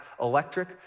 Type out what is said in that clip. electric